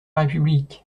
république